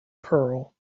pearl